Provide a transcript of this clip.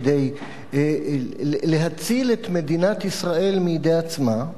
כדי להציל את מדינת ישראל מידי עצמה,